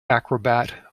acrobat